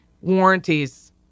Warranties